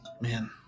Man